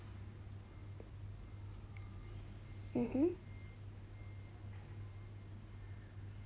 mmhmm